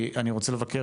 כי אני רוצה לבקר,